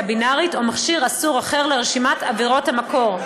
בינארית או מכשיר אסור אחר לרשימת עבירות המקור,